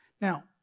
Now